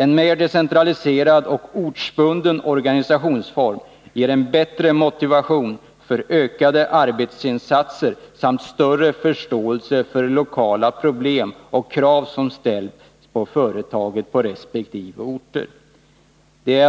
En mer decentraliserad och ortsbunden organisationsform ger en bättre motivation för ökade arbetsinsatser samt större förståelse för lokala problem och krav som ställs på företaget på resp. orter. Det